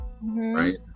right